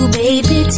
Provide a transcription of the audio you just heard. baby